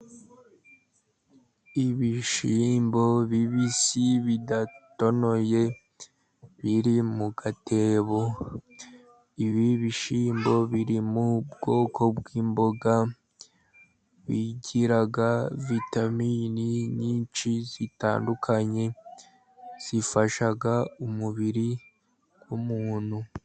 Ibishiyimbo bibisi bidatonoye biri mu gatebo, ibi bishyimbo biri mu bwoko bw'imboga. Bigira vitamini nyinshi zitandukanye zifasha umubiri w'umuntu.